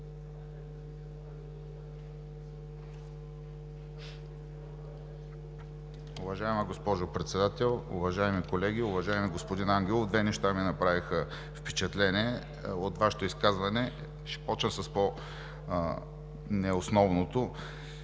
Уважаема госпожо Председател, уважаеми колеги! Уважаеми господин Ангелов, две неща ми направиха впечатление от Вашето изказване. Ще започна с по-неосновното.